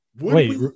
Wait